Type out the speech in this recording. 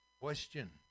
question